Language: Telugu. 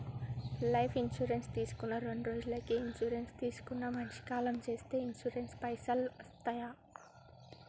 లైఫ్ ఇన్సూరెన్స్ తీసుకున్న రెండ్రోజులకి ఇన్సూరెన్స్ తీసుకున్న మనిషి కాలం చేస్తే ఇన్సూరెన్స్ పైసల్ వస్తయా?